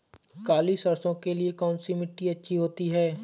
काली सरसो के लिए कौन सी मिट्टी अच्छी होती है?